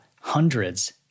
hundreds